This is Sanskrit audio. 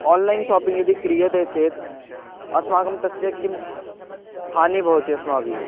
आन्लैन् शापिङ्ग् यदि क्रियते चेत् अस्माकं तस्य किं हानिः भवति अस्माभिः